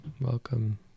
Welcome